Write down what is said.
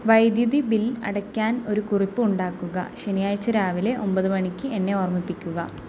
വൈദ്യുതി ബിൽ അടയ്ക്കാൻ ഒരു കുറിപ്പ് ഉണ്ടാക്കുക ശനിയാഴ്ച രാവിലെ ഒമ്പത് മണിക്ക് എന്നെ ഓർമ്മിപ്പിക്കുക